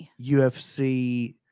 ufc